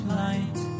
light